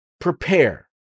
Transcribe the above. prepare